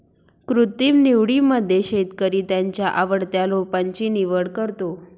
कृत्रिम निवडीमध्ये शेतकरी त्याच्या आवडत्या रोपांची निवड करतो